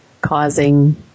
causing